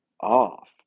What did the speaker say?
off